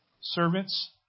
servants